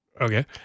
Okay